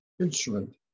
instrument